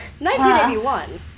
1981